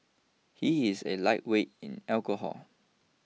he is a lightweight in alcohol